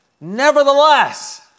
Nevertheless